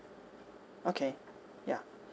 okay ya